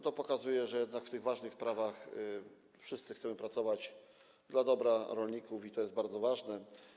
To pokazuje, że jednak w tych ważnych sprawach wszyscy chcemy pracować dla dobra rolników - i to jest bardzo ważne.